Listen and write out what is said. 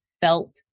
felt